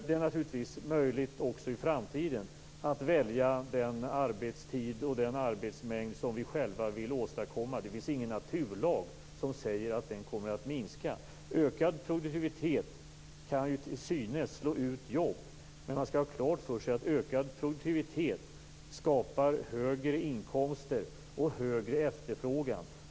Det är naturligtvis möjligt att också i framtiden välja den arbetstid och den arbetsmängd som vi själva vill åstadkomma. Det finns ingen naturlag som säger att den kommer att minska. Ökad produktivitet kan till synes slå ut jobb. Men man skall ha klart för sig att ökad produktivitet skapar högre inkomster och högre efterfrågan.